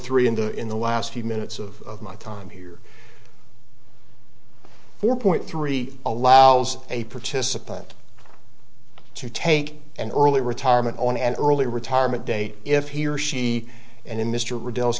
three in the in the last few minutes of my time here four point three allows a participant to take an early retirement on an early retirement date if he or she and in mr rebels